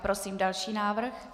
Prosím další návrh.